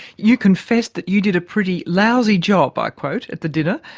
you confess that you did a pretty lousy job, i quote, at the dinner,